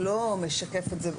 לא משקף את זה,